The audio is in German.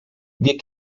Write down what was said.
wir